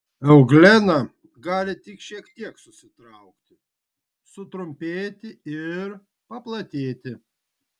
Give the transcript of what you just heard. euglena gali tik šiek tiek susitraukti sutrumpėti ir paplatėti